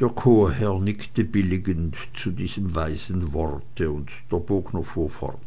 der chorherr nickte billigend zu diesem weisen worte und der bogner fuhr fort